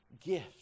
gift